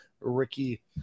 Ricky